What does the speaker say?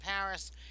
Paris